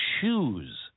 choose